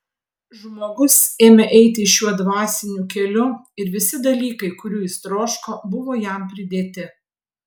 žmogus ėmė eiti šiuo dvasiniu keliu ir visi dalykai kurių jis troško buvo jam pridėti